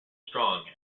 strong